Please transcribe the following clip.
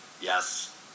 Yes